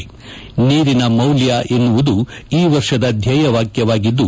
ನೀರಿನ ಮೌಲ್ಡಿ ಎನ್ನುವುದು ಈ ವರ್ಷದ ಧ್ಯೇಯ ವಾಕ್ಲವಾಗಿದ್ದು